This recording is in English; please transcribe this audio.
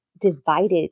divided